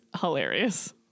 hilarious